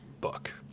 book